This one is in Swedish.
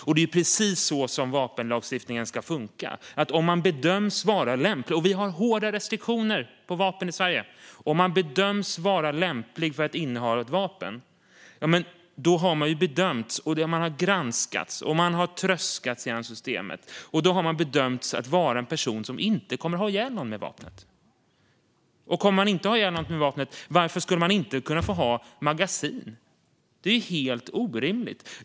Vi har hårda restriktioner när det gäller vapen i Sverige, och det är precis så vapenlagstiftningen ska funka: Innan man bedöms vara lämplig att inneha ett vapen har man granskats och tröskats genom systemet och bedömts vara en person som inte kommer att ha ihjäl någon med vapnet. Och om man inte kommer att ha ihjäl någon med vapnet, varför skulle man då inte kunna få ha magasin? Det är helt orimligt.